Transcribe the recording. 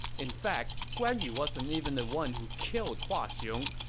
in fact, guan yu wasn't even the one who killed hua xiong.